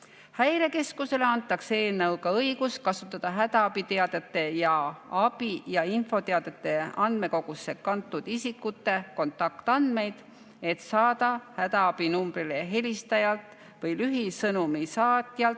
Häirekeskusele antakse eelnõuga õigus kasutada hädaabiteadete ning abi- ja infoteadete andmekogusse kantud isikute kontaktandmeid, et saada hädaabinumbrile helistajalt või lühisõnumi saatjalt